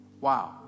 Wow